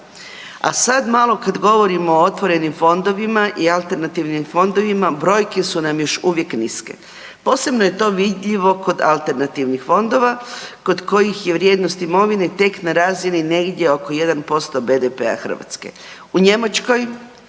A sad malo kad govorimo o otvorenim fondovima i alternativnim fondovima, brojke su nam još uvijek niske. Posebno je to vidljivo kod alternativnih fondova kod kojih je vrijednost imovine tek na razini negdje oko 1% BDP-a Hrvatske. U Njemačkoj